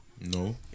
No